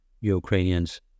Ukrainians